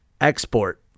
export